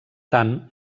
tant